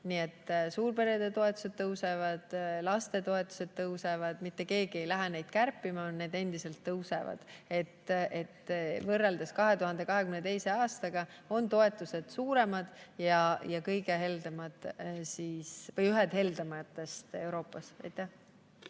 Nii et suurperede toetused tõusevad, lastetoetused tõusevad. Mitte keegi ei lähe neid kärpima, need endiselt tõusevad. Võrreldes 2022. aastaga on toetused suuremad ja ühed heldemad Euroopas.